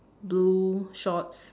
blue shorts